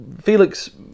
Felix